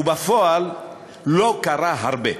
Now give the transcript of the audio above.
ובפועל לא קרה הרבה,